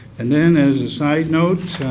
and then as a side note,